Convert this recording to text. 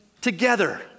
together